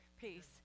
peace